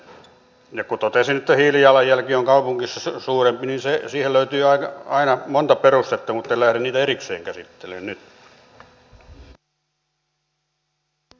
ja kun totesin että hiilijalanjälki on kaupungissa suurempi niin siihen löytyy aika monta perustetta mutta en lähde niitä erikseen käsittelemään nyt